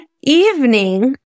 evening